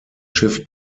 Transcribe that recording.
schiff